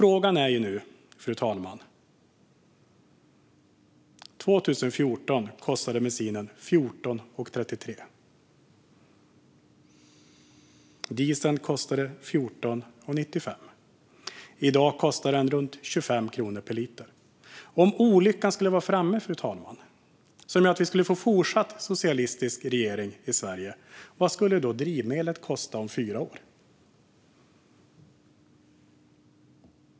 År 2014 kostade bensinen 14,33. Dieseln kostade 14,95. I dag kostar den runt 25 kronor per liter. Om olyckan skulle vara framme, fru talman, och vi skulle få en fortsatt socialistisk regering i Sverige, vad kommer då drivmedlen att kosta om fyra år?